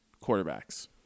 quarterbacks